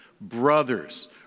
brothers